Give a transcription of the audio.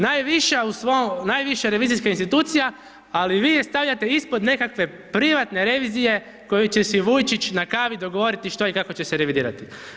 Najviša u svom, najviša revizijska institucija ali vi je stavljate ispod nekakve privatne revizije koju će si Vujčić na kavi dogovoriti što i kako će se revidirati.